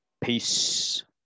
Peace